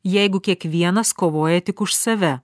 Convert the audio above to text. jeigu kiekvienas kovoja tik už save